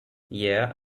yeah